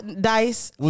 Dice